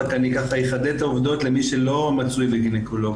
רק אני ככה אחדד את העובדות למי שמצוי בגניקולוגיה.